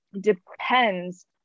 depends